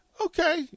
Okay